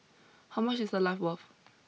how much is a life worth